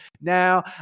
Now